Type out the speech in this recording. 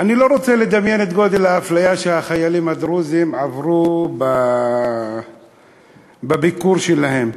אני לא רוצה לדמיין את גודל האפליה שהחיילים הדרוזים עברו בביקור שלהם,